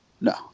No